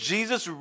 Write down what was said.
Jesus